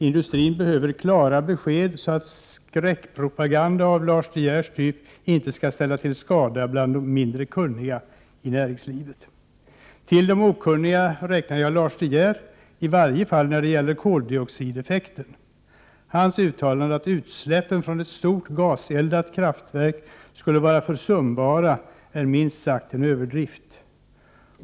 Industrin behöver klara besked så att skräckpropaganda av Lars De Geers typ inte skall ställa till skada bland de mindre kunniga inom näringslivet. Till de okunniga räknar jag Lars De Geer, i varje fall när det gäller koldioxideffekten. Hans uttalanden att utsläppen från ett stort gaseldat kraftverk skulle vara försumbara är minst sagt en överdrift.